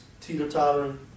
teeter-tottering